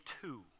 two